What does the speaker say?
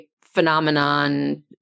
phenomenon